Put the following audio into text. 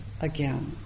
again